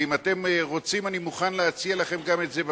ואם אתם רוצים אני מוכן להציע לכם את זה גם